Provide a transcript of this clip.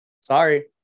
Sorry